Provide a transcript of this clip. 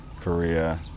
Korea